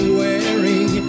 wearing